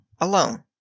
alone